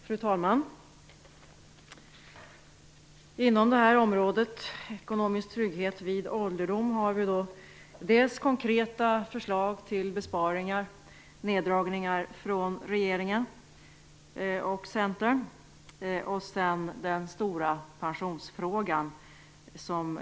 Fru talman! Inom detta område - ekonomisk trygghet vid ålderdom - har vi dels konkreta förslag till besparingar och neddragningar från regeringen och Centern, dels den stora pensionsfrågan.